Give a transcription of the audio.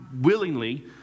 willingly